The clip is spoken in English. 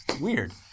Weird